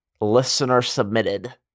listener-submitted